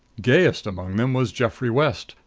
gayest among them was geoffrey west,